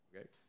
Okay